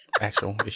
actual